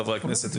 חברי הכנסת,